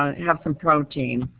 have some protein.